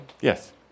Yes